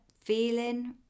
feeling